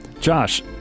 Josh